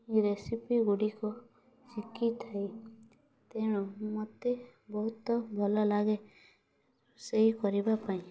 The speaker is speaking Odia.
ରେସିପିଗୁଡ଼ିକ ଶିଖିଥାଏ ତେଣୁ ମୋତେ ବହୁତ ଭଲ ଲାଗେ ରୋଷେଇ କରିବା ପାଇଁ